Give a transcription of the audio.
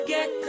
Get